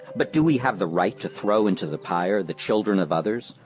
but do we have the right to throw into the pyre the children of others,